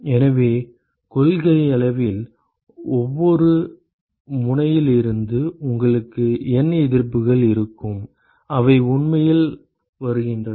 எனவே கொள்கையளவில் ஒவ்வொரு முனையிலிருந்தும் உங்களுக்கு N எதிர்ப்புகள் இருக்கும் அவை உண்மையில் வருகின்றன